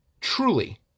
truly